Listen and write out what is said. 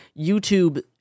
YouTube